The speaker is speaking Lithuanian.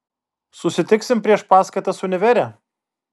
susitiksim prieš paskaitas univere